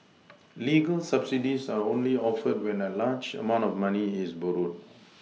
legal subsidies are only offered when a large amount of money is borrowed